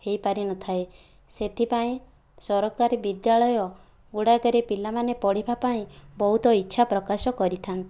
ହୋଇପାରିନଥାଏ ସେଥିପାଇଁ ସରକାରୀ ବିଦ୍ୟାଳୟ ଗୁଡ଼ାକରେ ପିଲାମାନେ ପଢ଼ିବା ପାଇଁ ବହୁତ ଇଛା ପ୍ରକାଶ କରିଥାନ୍ତି